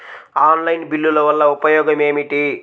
Online బిల్లుల వల్ల ఉపయోగమేమిటీ?